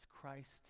Christ